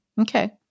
Okay